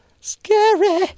Scary